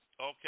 Okay